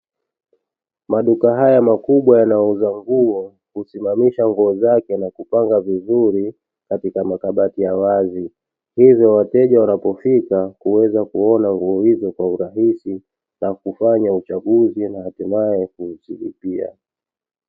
Maduka haya makubwa yanayouza nguo husimamisha nguo zake na kupanga vizuri katika makabati ya wazi, hivyo wateja hivyo wateja wanapofika huweza kuona nguo hizo kw urahisi na kufanya uchaguzi hatimaye kuzilipia.